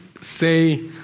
say